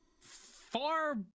far